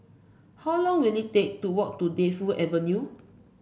how long will it take to walk to Defu Avenue